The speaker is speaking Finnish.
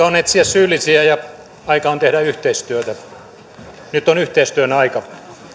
on etsiä syyllisiä ja aika on tehdä yhteistyötä nyt on yhteistyön aika